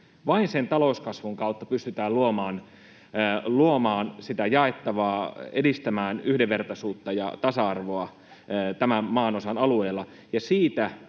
Vain sen talouskasvun kautta pystytään luomaan sitä jaettavaa, edistämään yhdenvertaisuutta ja tasa-arvoa tämän maanosan alueella,